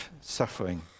suffering